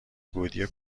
گودی